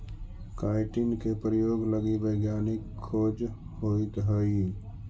chitin के प्रयोग लगी वैज्ञानिक खोज होइत हई